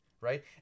right